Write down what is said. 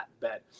bet